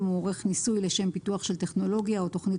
אם הוא עורך ניסוי לשם פיתוח של טכנולוגיה או תכנית